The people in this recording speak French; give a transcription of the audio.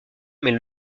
mais